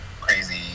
crazy